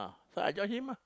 so I join him ah